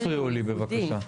אל תפריעו לי, בבקשה.